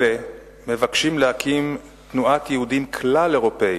אלה מבקשים להקים תנועת יהודים כלל-אירופית,